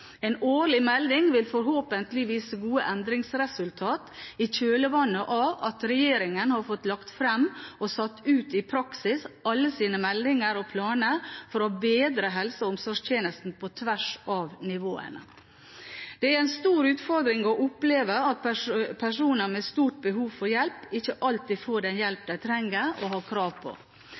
En årlig melding vil forhåpentlig vise gode endringsresultater, i kjølvannet av at regjeringen har fått lagt fram og satt ut i praksis alle sine meldinger og planer for å bedre helse- og omsorgstjenestene på tvers av nivåene. Det er en stor utfordring å oppleve at personer med stort behov for hjelp ikke alltid får den hjelpen de trenger og har krav på.